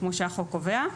כמו שהחוק קובע.